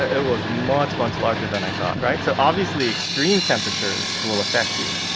ah it was much, much larger than i thought. right? so obviously, extreme temperatures will affect you.